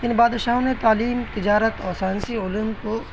ان بادشاہوں نے تعلیم تجارت اور سائنسی علوم کو